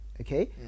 Okay